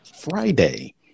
Friday